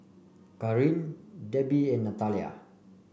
Kareen Debby and Natalia